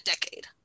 decade